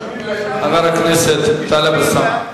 חבר הכנסת טלב אלסאנע.